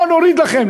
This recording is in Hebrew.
בואו נוריד לכם.